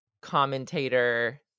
commentator